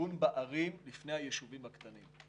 ומיגון בערים לפני היישובים הקטנים.